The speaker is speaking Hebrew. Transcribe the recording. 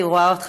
אני רואה אותך,